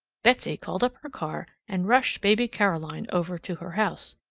betsy called up her car, and rushed baby caroline over to her house.